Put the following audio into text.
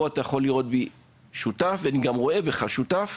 אז פה אתה יכול לראות בי שותף ואני גם רואה בך שותף,